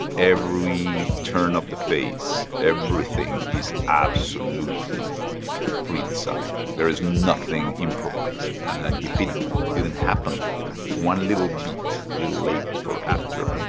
every turn of the face, everything is absolutely pre-decided. there is nothing improvised and if it didn't happen like that, one little bit, little late or after,